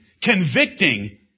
convicting